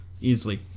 Easily